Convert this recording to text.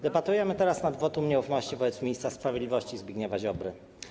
Debatujemy teraz nad wotum nieufności wobec ministra sprawiedliwości Zbigniewa Ziobry.